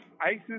ISIS